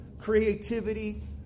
creativity